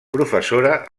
professora